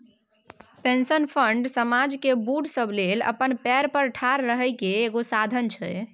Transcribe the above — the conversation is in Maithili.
पेंशन फंड समाज केर बूढ़ सब लेल अपना पएर पर ठाढ़ रहइ केर एगो साधन होइ छै